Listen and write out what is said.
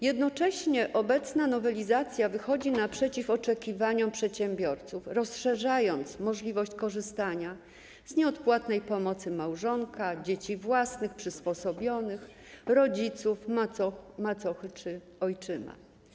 Jednocześnie obecna nowelizacja wychodzi naprzeciw oczekiwaniom przedsiębiorców, rozszerzając możliwość korzystania z nieodpłatnej pomocy małżonka, dzieci własnych, przysposobionych, rodziców, macochy czy ojczyma.